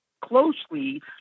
closely